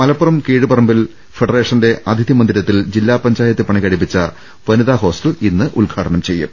മലപ്പുറം കീഴുപറ മ്പിൽ ഫെഡറേഷന്റെ അതിഥി മന്ദിരത്തിൽ ജില്ലാ പഞ്ചായത്ത് പണി കഴി പ്പിച്ച വനിതാഹോസ്റ്റൽ ഇന്ന് ഉദ്ഘാടനം ചെയ്യും